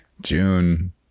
June